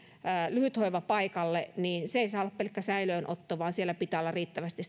lyhythoivapaikalle niin se ei saa olla pelkkä säilöönotto vaan siellä pitää olla riittävästi